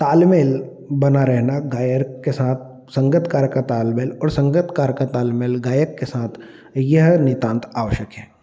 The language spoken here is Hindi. तालमेल बना रहना गायक के साथ संगतकार का तालमेल और संगतकार का तालमेल गायक के साथ यह नितांत आवश्यक है